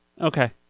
Okay